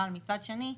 אבל מצד שני,